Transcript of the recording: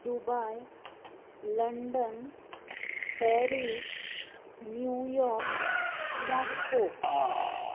Dubai London Paris New York Moscow